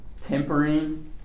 tempering